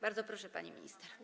Bardzo proszę, pani minister.